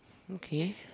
okay